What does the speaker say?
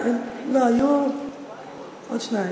לא, היו עוד שניים.